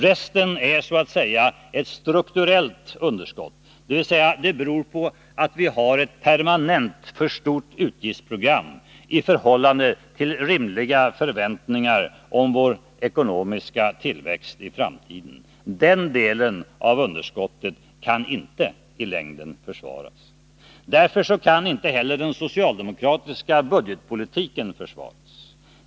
Resten är ett så att säga strukturellt underskott, dvs. det beror på att vi har ett permanent för stort utgiftsprogram i förhållande till rimliga förväntningar om vår ekonomiska tillväxt i framtiden. Den delen av underskottet kan inte i längden försvaras. Därför kan inte heller den socialdemokratiska budgetpolitiken försvaras.